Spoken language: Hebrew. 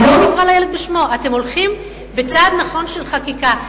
אז בואו נקרא לילד בשמו: אתם הולכים בצעד נכון של חקיקה.